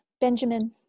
Benjamin